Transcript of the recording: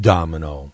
Domino